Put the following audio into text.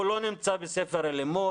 הוא לא נמצא בספרי הלימוד.